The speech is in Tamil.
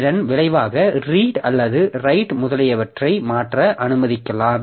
இதன் விளைவாக ரீட் அல்லது ரைட் முதலியவற்றை மாற்ற அனுமதிக்கலாம்